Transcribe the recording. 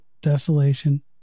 desolation